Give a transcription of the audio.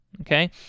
okay